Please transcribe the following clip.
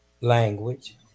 language